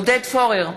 עודד פורר,